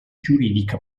jurídica